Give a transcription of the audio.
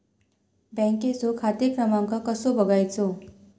बँकेचो खाते क्रमांक कसो बगायचो?